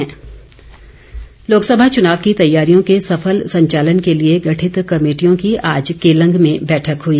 बैठक लोकसभा चुनाव की तैयारियों के सफल संचालन के लिए गठित कमेटियों की आज केलंग में बैठक हुई